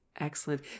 Excellent